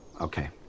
Okay